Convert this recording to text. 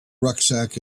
rucksack